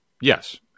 Yes